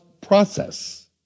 process